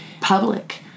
public